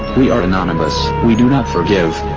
we are anonymous. we do not forgive.